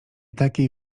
takiej